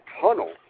tunnel